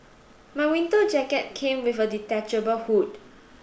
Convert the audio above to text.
my winter jacket came with a detachable hood